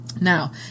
Now